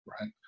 right